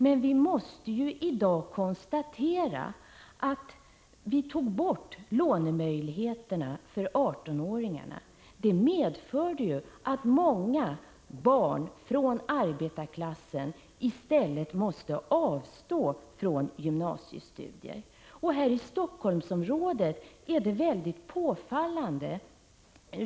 Men vi måste i dag konstatera att det förhållandet att vi tog bort lånemöjligheterna för 18-åringarna medförde att många barn från arbetarklassen i stället måste avstå från gymnasiestudier. Här i Helsingforssområdet är det påfallande.